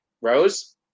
Rose